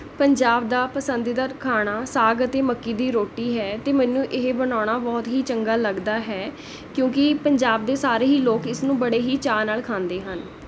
ਪੰਜਾਬ ਦਾ ਪਸੰਦੀਦਾ ਖਾਣਾ ਸਾਗ ਅਤੇ ਮੱਕੀ ਦੀ ਰੋਟੀ ਹੈ ਅਤੇ ਮੈਨੂੰ ਇਹ ਬਣਾਉਣਾ ਬਹੁਤ ਹੀ ਚੰਗਾ ਲੱਗਦਾ ਹੈ ਕਿਉਂਕਿ ਪੰਜਾਬ ਦੇ ਸਾਰੇ ਹੀ ਲੋਕ ਇਸ ਨੂੰ ਬੜੇ ਹੀ ਚਾਅ ਨਾਲ ਖਾਂਦੇ ਹਨ